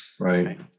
Right